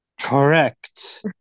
Correct